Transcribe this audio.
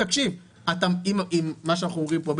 מה שאנחנו אומרים פה,